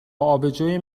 آبجوی